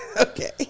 Okay